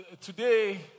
today